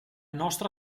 nostra